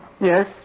Yes